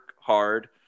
hard